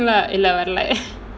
இல்ல இல்ல வரல:illa illa varala